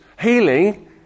healing